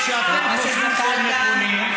אבל אתה צריך לשים את כל התמונה.